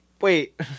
wait